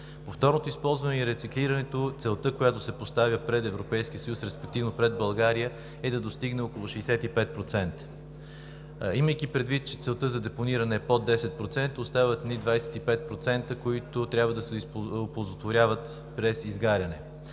Повторното използване и рециклирането според целта, която се поставя пред Европейския съюз, респективно пред България, е да достигне около 65%. Имайки предвид, че целта за депониране е под 10%, остават ни 25%, които трябва да се оползотворяват през изгаряне.